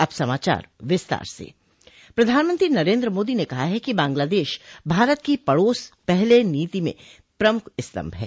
अब समाचार विस्तार से प्रधानमंत्री नरेन्द्र मोदी ने कहा है कि बांग्लादेश भारत की पड़ोस पहले नीति में प्रमुख स्तम्भ है